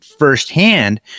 firsthand